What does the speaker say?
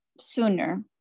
sooner